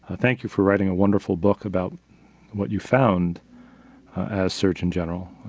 ah thank you for writing a wonderful book about what you found as surgeon general,